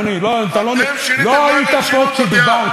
שאלו פעם את ג'וחא: